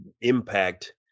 impact